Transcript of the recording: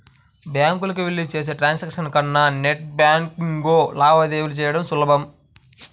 బ్యాంకులకెళ్ళి చేసే ట్రాన్సాక్షన్స్ కన్నా నెట్ బ్యేన్కింగ్లో లావాదేవీలు చెయ్యడం సులభం